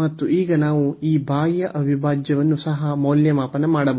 ಮತ್ತು ಈಗ ನಾವು ಈ ಬಾಹ್ಯ ಅವಿಭಾಜ್ಯವನ್ನು ಸಹ ಮೌಲ್ಯಮಾಪನ ಮಾಡಬಹುದು